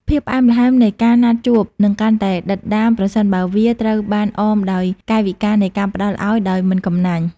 ភាពផ្អែមល្ហែមនៃការណាត់ជួបនឹងកាន់តែដិតដាម ប្រសិនបើវាត្រូវបានអមដោយកាយវិការនៃការផ្ដល់ឱ្យដោយមិនកំណាញ់។